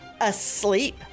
asleep